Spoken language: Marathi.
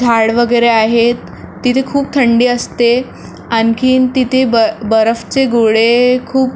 झाड वगैरे आहेत तिथे खूप थंडी असते आणखीन तिथे ब बर्फाचे गोळे खूप